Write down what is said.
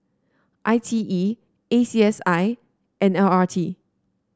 I T E A C S I and L R T